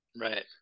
Right